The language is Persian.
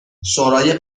شورای